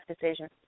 decision